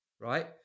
right